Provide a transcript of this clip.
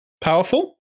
Powerful